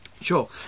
Sure